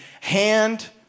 hand